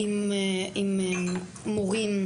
עם מורים,